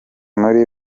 muri